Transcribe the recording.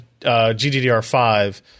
GDDR5